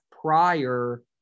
prior